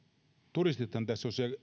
turistithan tässä ovat se